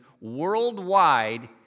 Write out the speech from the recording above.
worldwide